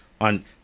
on